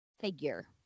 figure